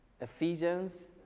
Ephesians